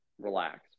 relax